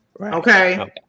Okay